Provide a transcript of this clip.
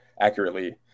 accurately